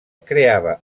creava